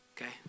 Okay